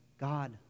God